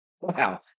Wow